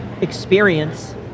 experience